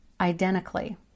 identically